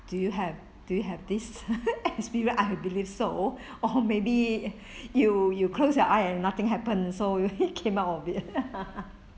do you have do you have this experience I believe so or maybe you you close your eye and nothing happen so you came out of it